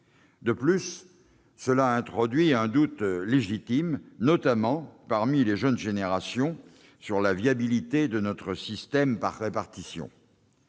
De plus, cela introduit un doute légitime, notamment parmi les jeunes générations, sur la viabilité de notre système par répartition.